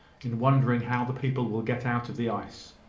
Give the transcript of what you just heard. in wondering how the people will get out of the ice.